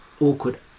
awkward